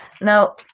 Now